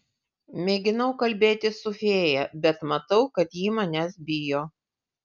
mėginau kalbėtis su fėja bet matau kad ji manęs bijo